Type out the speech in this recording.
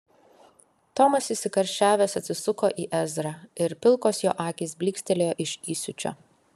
tomas įsikarščiavęs atsisuko į ezrą ir pilkos jo akys blykstelėjo iš įsiūčio